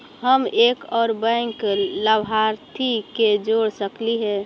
हम एक और बैंक लाभार्थी के जोड़ सकली हे?